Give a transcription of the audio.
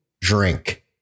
drink